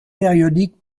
périodique